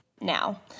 now